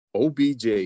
OBJ